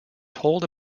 told